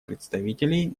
представителей